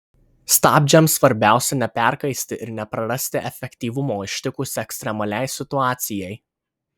stabdžiams svarbiausia neperkaisti ir neprarasti efektyvumo ištikus ekstremaliai situacijai